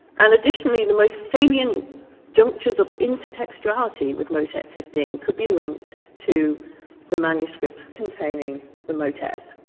and additionally the most salient junctures of intertextuality with motet fifteen could be linked to the manuscripts containing the motet.